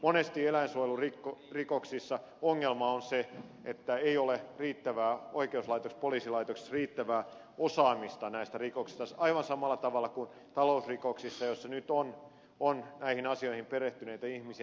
monesti eläinsuojelurikoksissa ongelma on se että ei ole oikeuslaitoksessa poliisilaitoksessa riittävää osaamista näistä rikoksista aivan samalla tavalla kuin talousrikoksissa joissa nyt on näihin asioihin perehtyneitä ihmisiä